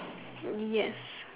yes